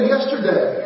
Yesterday